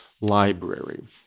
library